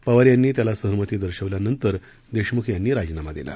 पवार यांनी त्याला सहमती दर्शवल्यानंतर देशम्ख यांनी राजीनामा दिला